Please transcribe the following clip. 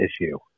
issue